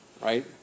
Right